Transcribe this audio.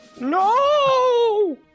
no